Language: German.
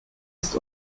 ist